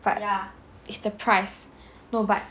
but is the price no but